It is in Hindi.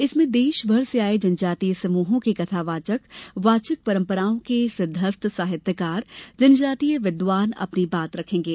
इसमें देश भर से आये जनजातीय समूहों के कथा वाचक वाचिक परम्पराओं के सिद्धहस्त साहित्यकार जनजातीय विद्वान अपनी बात रखेगें